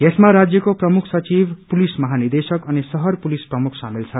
यसमा राज्यको प्रमुख सचिव पुलिस महानिदेशक अनि शहर पुलिस प्रमुख शामेल छन्